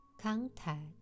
contact